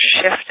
shift